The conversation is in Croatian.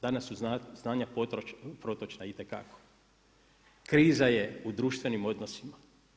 Danas su znanja protočna itekako, kriza je u društvenim odnosima.